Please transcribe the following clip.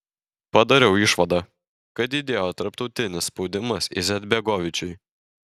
padariau išvadą kad didėjo tarptautinis spaudimas izetbegovičiui